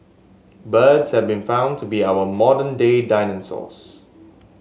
birds have been found to be our modern day dinosaurs